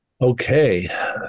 okay